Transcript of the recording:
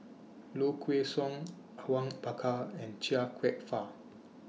Low Kway Song Awang Bakar and Chia Kwek Fah